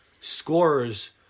scorers